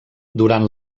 durant